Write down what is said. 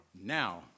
now